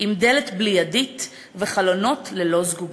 עם דלת בלי ידית וחלונות ללא זגוגית.